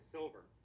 Silver